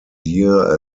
year